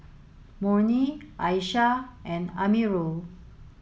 Murni Aishah and Amirul